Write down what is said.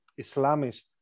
Islamist